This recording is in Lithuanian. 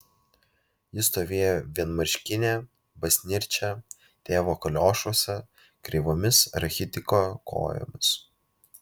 ji stovėjo vienmarškinė basnirčia tėvo kaliošuose kreivomis rachitiko kojomis